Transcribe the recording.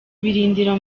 ibirindiro